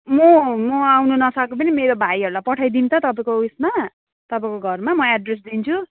म म आउन नसके पनि मेरो भाइहरूलाई पठाइदिउँ त तपाईँको उयेसमा तपाईँको घरमा म एड्रेस दिन्छु